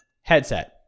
headset